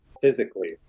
physically